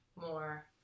more